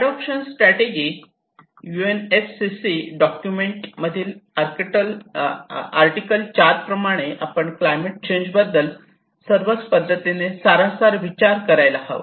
adaptation strategy UNFCCC document मधील article चार प्रमाणे आपण क्लायमेट चेंज बद्दल सर्वच पद्धतीने सारासार विचार करायला हवा